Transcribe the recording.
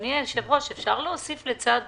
אדוני היושב-ראש, אפשר להוסיף לצד